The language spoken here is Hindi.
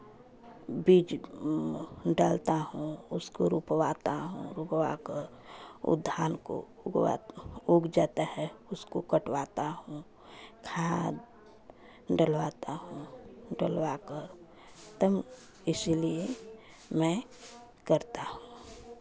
बीज डालता हूँ उसको रोपवाता हूँ रोपवा कर उस धान को उगवाता हूँ उग जाता है उसको कटवाता हूँ खाद डलवाता हूँ डलवा कर तब इसीलिए मैं करता हूँ